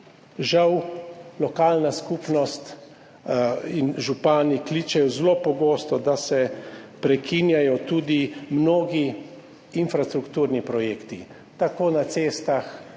žal lokalna skupnost in župani kličejo zelo pogosto, da se prekinjajo tudi mnogi infrastrukturni projekti, tako na cestah